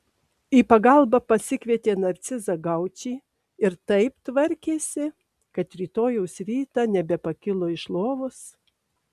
į pagalbą pasikvietė narcizą gaučį ir taip tvarkėsi kad rytojaus rytą nebepakilo iš lovos